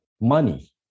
money